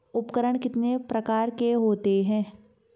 उपकरण कितने प्रकार के होते हैं?